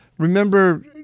Remember